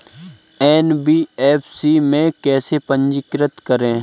NBFC में कैसे पंजीकृत करें?